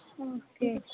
okay